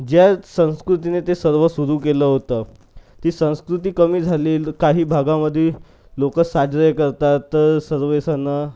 ज्या संस्कृतीने ते सर्व सुरू केलं होतं ती संस्कृती कमी झाली काही भागामध्ये लोकं साजरे करतात सर्व सण